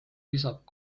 lisab